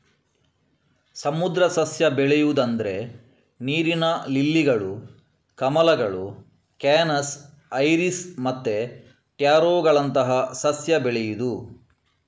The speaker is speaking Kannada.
ಸಮುದ್ರ ಸಸ್ಯ ಬೆಳೆಯುದು ಅಂದ್ರೆ ನೀರಿನ ಲಿಲ್ಲಿಗಳು, ಕಮಲಗಳು, ಕ್ಯಾನಸ್, ಐರಿಸ್ ಮತ್ತೆ ಟ್ಯಾರೋಗಳಂತಹ ಸಸ್ಯ ಬೆಳೆಯುದು